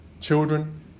children